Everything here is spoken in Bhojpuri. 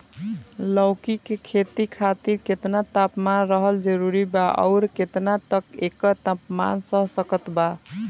लौकी के खेती खातिर केतना तापमान रहल जरूरी बा आउर केतना तक एकर तापमान सह सकत बा?